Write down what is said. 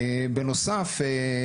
בנוסף,